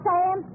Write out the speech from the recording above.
Sam